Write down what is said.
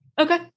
Okay